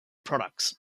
products